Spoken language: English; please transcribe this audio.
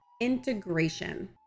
integration